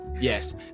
Yes